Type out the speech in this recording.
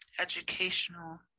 educational